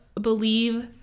believe